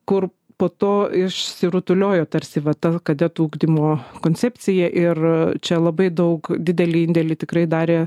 kur po to išsirutuliojo tarsi va ta kadetų ugdymo koncepcija ir čia labai daug didelį indėlį tikrai darė